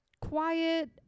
quiet